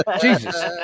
Jesus